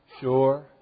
Sure